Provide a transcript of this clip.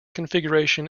configuration